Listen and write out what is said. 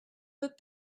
but